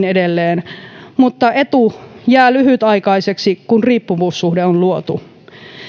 edelleen mutta etu jää lyhytaikaiseksi kun riippuvuussuhde on luotu